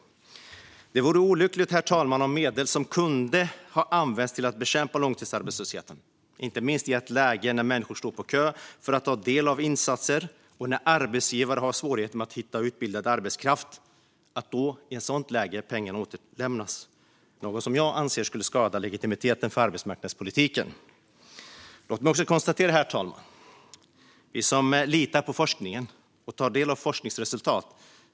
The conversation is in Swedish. Det vore olyckligt om medel som kunde ha använts till att bekämpa långtidsarbetslösheten - inte minst i ett läge när många människor står på kö för att ta del av insatser och när arbetsgivare har svårigheter med att hitta utbildad arbetskraft - i ett sådant läge återlämnas, något som jag anser skulle skada legitimiteten för arbetsmarknadspolitiken. Herr talman! Låt mig också konstatera vad vi ser som litar på forskningen och tar del av forskningsresultat.